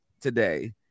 today